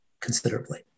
considerably